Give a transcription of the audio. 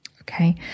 Okay